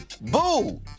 Boo